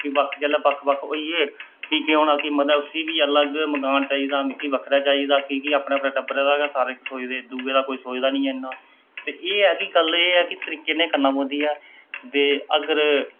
जेल्लै बक्ख बक्ख होई गे फ्ही उसी बी अलग मकान चाहिदा मी बक्खरा चाहिदा क्योंकि अपने अपने टब्बरै दा गै सारे सोचदे दूए दा कोई सोचदा निं ऐ हा ते एह् ऐ कि कल्लै तरीके नै करना पौंदी ऐ ते अगर